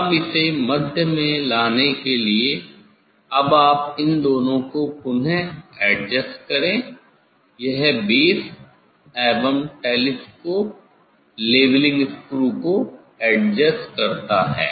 अब इसे मध्य में लाने के लिए अब आप इन दोनों को पुनः एडजस्ट करे यह बेस एवं टेलीस्कोप लेवलिंग स्क्रू को एडजस्ट करता है